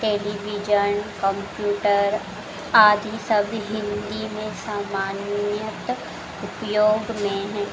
television computer आदि सब हिन्दी में सामान्यत उपयोग में हैं